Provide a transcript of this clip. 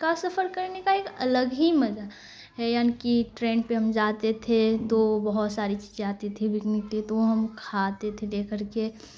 کا سفر کرنے کا ایک الگ ہی مزہ ہے یعنی کہ ٹرین پہ ہم جاتے تھے تو بہت ساری چیزیں آتی تھی بکنے کے لیے تو ہم کھاتے تھے لے کر کے